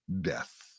death